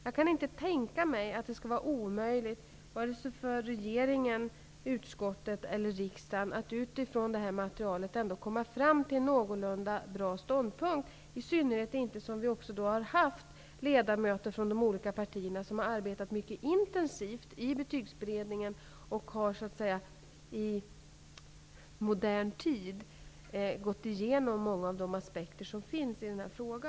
Jag kan inte tänka mig att det skulle vara omöjligt för regeringen, utskotten eller riksdagen att utifrån det här materialet komma fram till en någorlunda bra ståndpunkt, särskilt som ledamöter från de olika partierna har arbetat mycket intensivt i Betygsberedningen och i, så att säga, modern tid gått igenom många av de aspekter som finns i den här frågan.